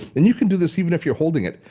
and you can do this even if you're holding it.